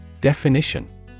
Definition